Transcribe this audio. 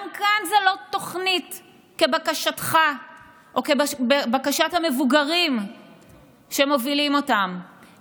גם כאן זה לא תוכנית כבקשתך או כבקשת המבוגרים שמובילים אותם,